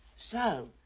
so.